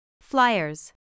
flyers